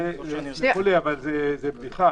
זה בדיחה.